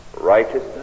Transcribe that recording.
righteousness